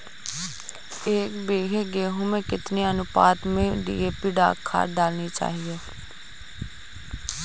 एक बीघे गेहूँ में कितनी अनुपात में डी.ए.पी खाद डालनी चाहिए?